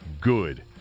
good